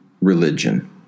religion